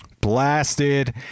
Blasted